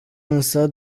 însă